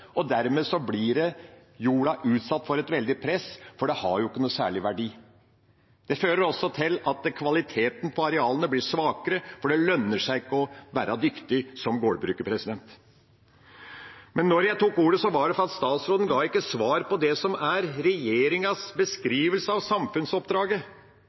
Dermed blir jorden utsatt for et veldig press, for den har ikke noen særlig verdi. Det fører også til at kvaliteten på arealene blir svakere, for det lønner seg ikke å være dyktig som gårdbruker. Da jeg tok ordet, var det fordi statsråden ikke ga svar på det som er regjeringas